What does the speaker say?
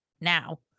now